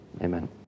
Amen